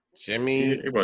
Jimmy